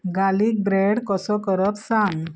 garlic bread कसो करप सांग